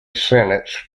sentenced